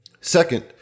Second